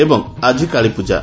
ଏବଂ ଆଜି କାଳୀପୂଜା